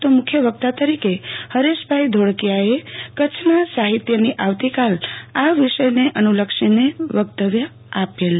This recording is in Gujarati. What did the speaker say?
તો મુખ્ય વકતા તરીકે હરેશભાઈ ધોળકીયાએ સાહિત્યનો આવતીકાલ આ વિષયને અનુલક્ષીને વકતવ્ય આપેલ